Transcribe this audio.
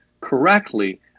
correctly